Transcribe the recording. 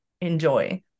enjoy